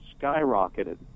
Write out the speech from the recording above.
skyrocketed